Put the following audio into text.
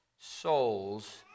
souls